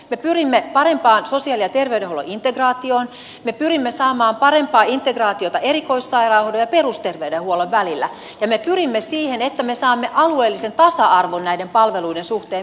me pyrimme parempaan sosiaali ja terveydenhuollon integraatioon me pyrimme saamaan parempaa integraatiota erikoissairaanhoidon ja perusterveydenhuollon välillä ja me pyrimme siihen että me saamme alueellisen tasa arvon näiden palveluiden suhteen myöskin